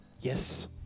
yes